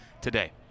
today